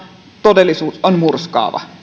todellisuus on murskaava